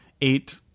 eight